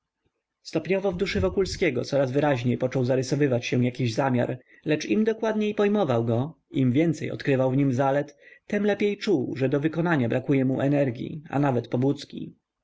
stopniowo w duszy wokulskiego coraz wyraźniej począł zarysowywać się jakiś zamiar lecz im dokładniej pojmował go im więcej odkrywał w nim zalet tem lepiej czuł że do wykonania brakuje mu energii a nawet pobudki